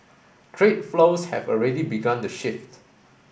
trade flows have already begun to shift